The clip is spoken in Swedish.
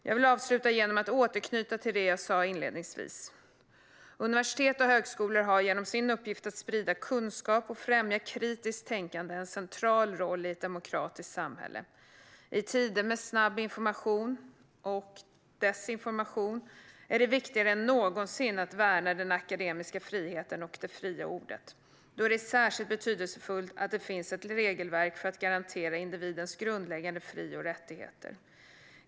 Jag vill avsluta genom att återknyta till det jag sa inledningsvis. Universitet och högskolor har genom sin uppgift att sprida kunskap och främja kritiskt tänkande en central roll i ett demokratiskt samhälle. I tider med snabb information - och desinformation - är det viktigare än någonsin att värna den akademiska friheten och det fria ordet. Då är det särskilt betydelsefullt att det finns ett regelverk för att garantera individens grundläggande fri och rättigheter.